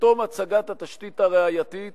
בתום הצגת התשתית הראייתית